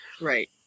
Right